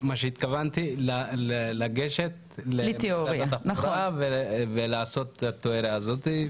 התכוונתי, לגשת ולעשות את התיאוריה הזאת.